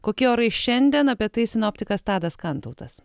kokie orai šiandien apie tai sinoptikas tadas kantautas